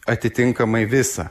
atitinkamai visą